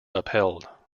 upheld